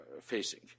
facing